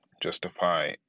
justify